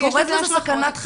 אני קוראת לזה סכנת חיים.